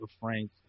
Frank